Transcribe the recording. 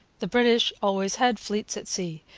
the british always had fleets at sea,